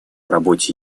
работе